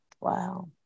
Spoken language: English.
Wow